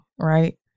right